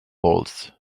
balls